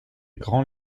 grands